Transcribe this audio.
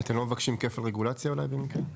אתם לא מבקשים כפל רגולציה אולי, במקרה?